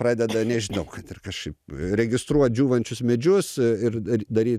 pradeda nežinau kad ir kažkaip registruot džiūvančius medžius ir ir daryt